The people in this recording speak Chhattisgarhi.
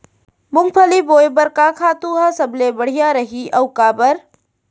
मूंगफली बोए बर का खातू ह सबले बढ़िया रही, अऊ काबर?